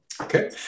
Okay